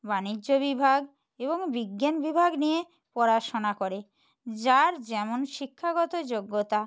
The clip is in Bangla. বাণিজ্য বিভাগ এবং বিজ্ঞান বিভাগ নিয়ে পড়াশোনা করে যার যেমন শিক্ষাগত যোগ্যতা